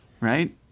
Right